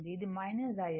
ఇది Im